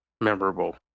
memorable